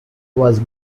was